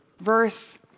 Verse